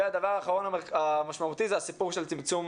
והדבר האחרון המשמעותי זה הסיפור של צמצום